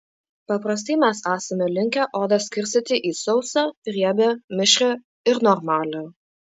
paprastai mes esame linkę odą skirstyti į sausą riebią mišrią ir normalią